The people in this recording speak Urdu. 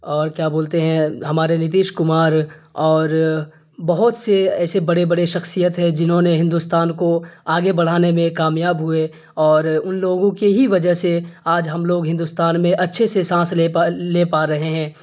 اور کیا بولتے ہیں ہمارے نتیش کمار اور بہت سے ایسے بڑے بڑے شخصیت ہے جنہوں نے ہندوستان کو آگے بڑھانے میں کامیاب ہوئے اور ان لوگوں کے ہی وجہ سے آج ہم لوگ ہندوستان میں اچھے سے سانس لے پا لے پا رہے ہیں